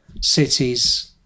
cities